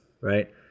right